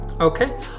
Okay